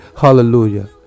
hallelujah